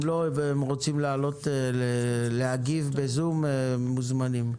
אם לא והם רוצים לעלות להגיב בזום הם מוזמנים.